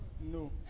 No